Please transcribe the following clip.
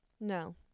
No